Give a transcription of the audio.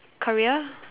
career